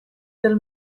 del